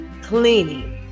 cleaning